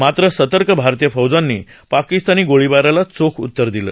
मात्र सतर्क भारतीय फौजांनी पाकिस्तानी गोळीबाराला चोख उत्तर दिलं